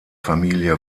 familie